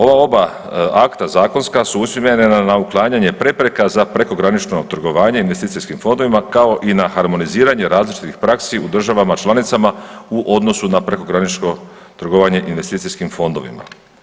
Ova oba akta zakonska su usmjerena na uklanjanje prepreka za prekogranično trgovanje investicijskih fondovima, kao i na harmoniziranje različitih praksi u državama članicama u odnosu na prekogranično trgovanje investicijskih fondovima.